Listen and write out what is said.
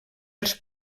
els